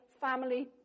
family